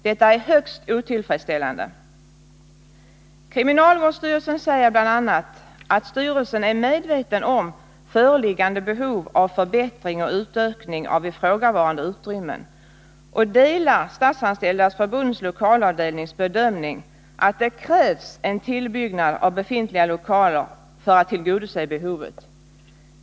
Detta är högst Kriminalvårdsstyrelsen säger bl.a. att styrelsen är medveten om föreliggande behov av förbättring och utökning av ifrågavarande utrymmen och delar Statsanställdas förbunds lokalavdelnings bedömning att det krävs en tillbyggnad av befintliga lokaler för att tillgodose behovet.